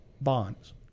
bonds